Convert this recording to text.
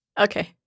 Okay